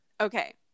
Okay